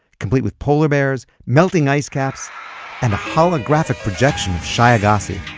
complete with polar bears, melting ice caps and a holographic projection of shai agassi